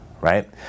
right